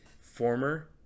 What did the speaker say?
former